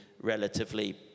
relatively